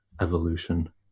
evolution